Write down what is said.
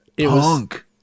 punk